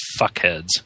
fuckheads